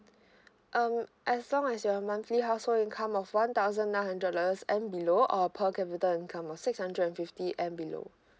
um as long as your monthly household income of one thousand nine hundred dollars and below or per capita income or six hundred and fifty and below